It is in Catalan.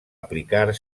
aplicar